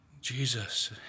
jesus